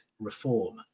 reform